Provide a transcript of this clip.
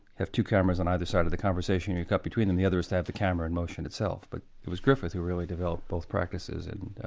have two cameras on either side of the conversation, you cut between them the other is to have the camera in motion itself. but it was griffith who really developed both practices in